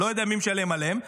לא יודע מי משלם עליהם,